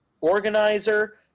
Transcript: organizer